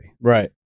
Right